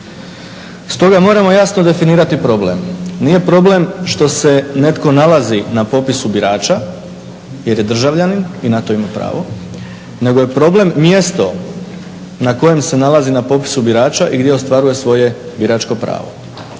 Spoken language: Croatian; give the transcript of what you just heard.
Stoga moramo jasno definirati problem. nije problem što se netko nalazi na popisu birača jer je državljanin i na to ima pravo, nego je problem mjesto na kojem se nalazi na popisu birača i gdje ostvaruje svoje biračko pravo.